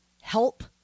help